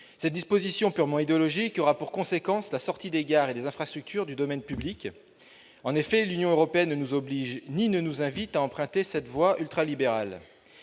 cette disposition purement idéologique aura pour conséquence la sortie des gares et des infrastructures du domaine public. L'Union européenne ne nous oblige ni ne nous invite à emprunter cette voie ultralibérale.